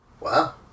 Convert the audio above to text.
Wow